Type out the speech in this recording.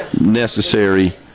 necessary